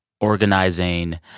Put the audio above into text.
organizing